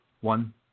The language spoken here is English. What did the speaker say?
one